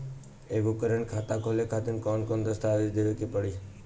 एगो करेंट खाता खोले खातिर कौन कौन दस्तावेज़ देवे के पड़ी?